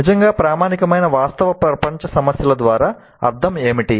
నిజంగా ప్రామాణికమైన వాస్తవ ప్రపంచ సమస్యల ద్వారా అర్థం ఏమిటి